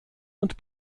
und